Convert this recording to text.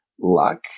luck